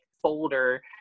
folder